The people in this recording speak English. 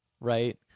right